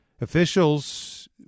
Officials